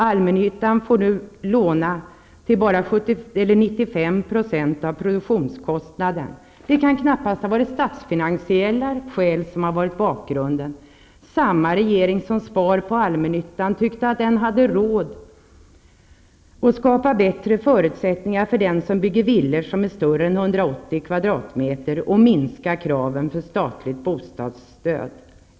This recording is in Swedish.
Allmännyttan får nu låna till bara 95 % av produktionskostnaden. Det kan knappast vara statsfinansiella skäl som varit bakgrunden. Samma regering som spar på allmännyttan tyckte att den hade råd att skapa bättre förutsättningar för den som bygger villor som är större än 180 kvadratmeter och att minska kraven när det gäller statligt bostadsstöd.